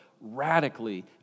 radically